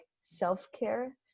self-care